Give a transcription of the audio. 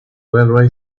railway